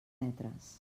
metres